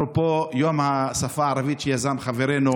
אפרופו יום השפה הערבית שיזם חברינו